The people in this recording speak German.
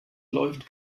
läuft